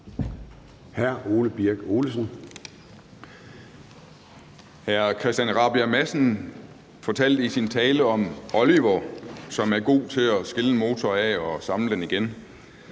Ole Birk Olesen (LA): Hr. Christian Rabjerg Madsen fortalte i sin tale om Oliver, som er god til at skille en motor ad og samle den igen.